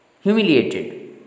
humiliated